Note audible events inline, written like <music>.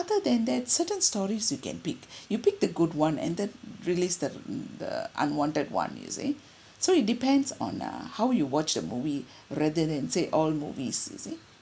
other than that certain stories you can pick <breath> you pick the good one and then release the the unwanted one you see so it depends on uh how you watch the movie <breath> rather than say all movies you see